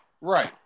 Right